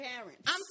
parents